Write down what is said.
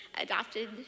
adopted